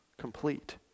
complete